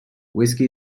whiskey